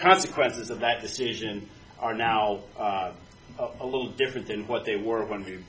consequences of that decision are now a little different than what they were the